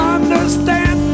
Understand